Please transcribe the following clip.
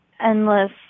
endless